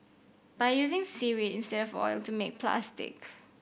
by using seaweed instead of oil to make plastic